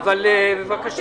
אבל בבקשה.